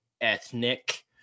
ethnic